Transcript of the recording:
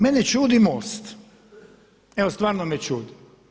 Mene čudi MOST, evo stvarno me čudi.